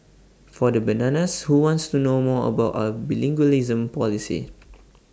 for the bananas who want to know more about our bilingualism policy